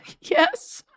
Yes